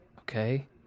Okay